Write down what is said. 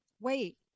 wait